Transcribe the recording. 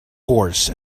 horse